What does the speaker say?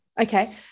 Okay